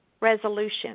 resolution